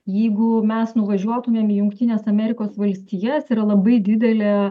jeigu mes nuvažiuotumėm į jungtines amerikos valstijas yra labai didelė